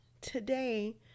today